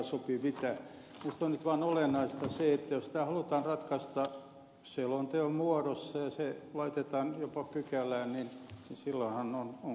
minusta on nyt vaan olennaista se että jos tämä halutaan ratkaista selonteon muodossa ja se laitetaan jopa pykälään niin silloinhan on kaikki hyvin